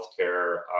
healthcare